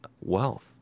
wealth